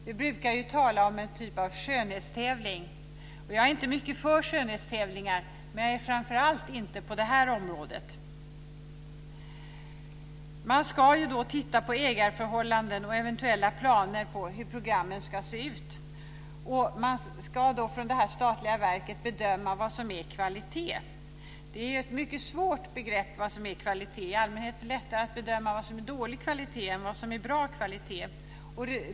Vi brukar tala om en typ av skönhetstävling. Jag är inte mycket för skönhetstävlingar, men jag är framför allt inte för det på det här området. Man ska titta på ägarförhållanden och eventuella planer på hur programmen ska se ut. Man ska från det här statliga verket bedöma vad som är kvalitet. Det är ett mycket svårt begrepp. I allmänhet är det lättare att bedöma vad som är dålig kvalitet än vad som är bra kvalitet.